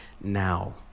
now